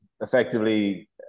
effectively